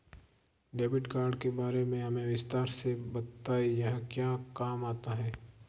Debit card के बारे में हमें विस्तार से बताएं यह क्या काम आता है?